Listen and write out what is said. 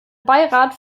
beirat